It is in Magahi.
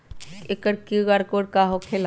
एकर कियु.आर कोड का होकेला?